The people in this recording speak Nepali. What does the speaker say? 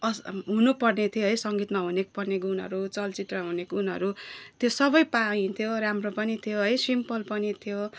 अस हुनुपर्ने थियो है सङ्गीतमा हुनुपर्ने गुणहरू चलचित्रमा हुने गुणहरू त्यो सबै पाइन्थ्यो राम्रो पनि थियो है सिम्पल पनि थियो